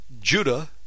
Judah